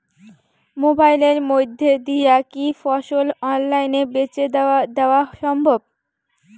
মোবাইলের মইধ্যে দিয়া কি ফসল অনলাইনে বেঁচে দেওয়া সম্ভব?